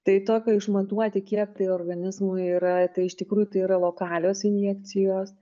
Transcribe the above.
tai tokio išmatuoti kiek tai organizmui yra tai iš tikrųjų tai yra lokalios injekcijos